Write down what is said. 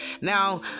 Now